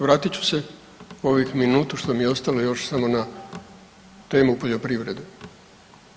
Vratit ću se ovih minutu što mi je ostalo još samo na temu poljoprivrede.